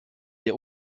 der